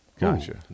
Gotcha